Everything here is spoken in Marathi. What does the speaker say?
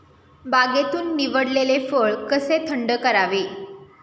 बागेतून निवडलेले फळ कसे थंड करावे?